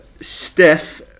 Steph